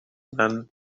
none